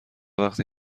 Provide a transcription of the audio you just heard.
وقتی